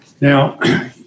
Now